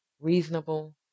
reasonable